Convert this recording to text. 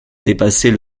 dépasser